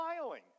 smiling